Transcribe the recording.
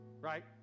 right